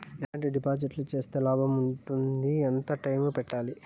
ఎట్లాంటి డిపాజిట్లు సేస్తే లాభం ఉంటుంది? ఎంత టైము పెట్టాలి?